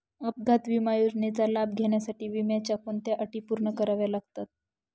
अपघात विमा योजनेचा लाभ घेण्यासाठी विम्याच्या कोणत्या अटी पूर्ण कराव्या लागतात?